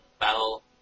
battle